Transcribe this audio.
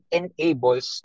enables